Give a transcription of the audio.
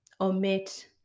omit